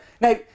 Now